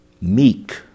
meek